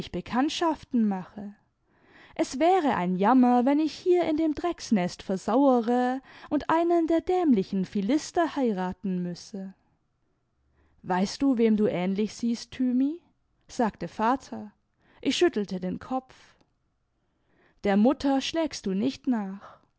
bekanntschaften mache es wäre ein jammer wenn ich hier in dem drecknest versauere und einen der dämlichen phuister heiraten müsse weißt du wem du ähnlich siehst thymi sagte vater ich schüttelte den kopf der mutter schlägst du nicht nach